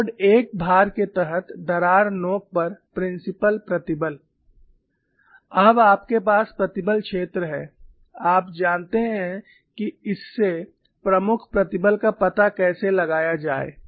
Principal stresses at crack tip under Mode I loading mode 1 भार के तहत दरार नोक पर प्रिंसिपल प्रतिबल अब आपके पास प्रतिबल क्षेत्र है आप जानते हैं कि इससे प्रमुख प्रतिबल का पता कैसे लगाया जाए